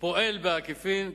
"פועל בעקיפין",